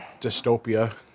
dystopia